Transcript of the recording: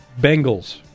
Bengals